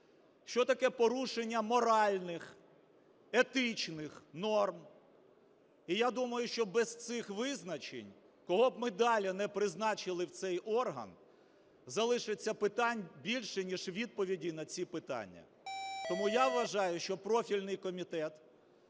що таке порушення моральних, етичних норм. І я думаю, що без цих визначень, кого б ми далі не призначили в цей орган, залишиться питань більше, ніж відповідей на ці питання. Тому я вважаю, що профільний комітет